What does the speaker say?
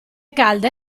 calde